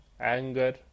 anger